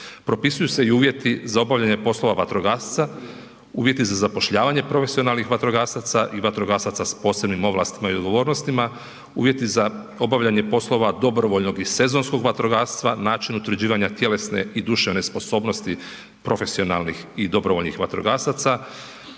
Propisuju se i uvjeti za obavljanje poslova vatrogasca, uvjeti za zapošljavanje profesionalnih vatrogasaca i vatrogasaca s posebnim ovlastima i odgovornostima, uvjeti za obavljanje poslova dobrovoljnog i sezonskog vatrogastva, način utvrđivanja tjelesne i duševne sposobnosti profesionalnih i dobrovoljnih vatrogasaca,